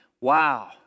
wow